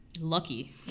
Lucky